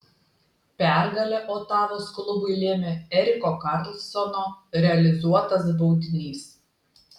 pergalę otavos klubui lėmė eriko karlsono realizuotas baudinys